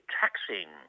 taxing